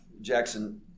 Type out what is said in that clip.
Jackson